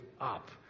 up